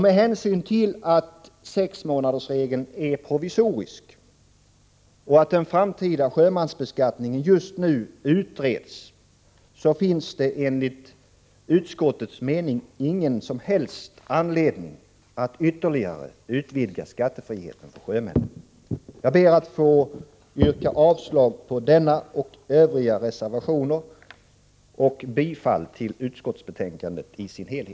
Med hänsyn till att sexmånadersregeln är provisorisk och att den framtida sjömansbeskattningen just nu utreds, finns det enligt utskottets mening ingen som helst anledning att ytterligare utvidga skattefriheten för sjömän. Jag ber att få yrka avslag på denna och övriga reservationer samt bifall till utskottets hemställan.